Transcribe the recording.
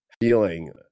feeling